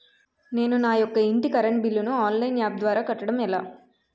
నేను నా యెక్క ఇంటి కరెంట్ బిల్ ను ఆన్లైన్ యాప్ ద్వారా కట్టడం ఎలా?